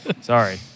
Sorry